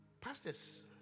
Pastors